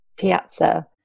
piazza